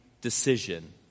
decision